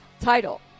title